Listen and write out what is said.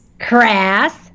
crass